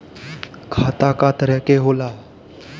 खाता क तरह के होला?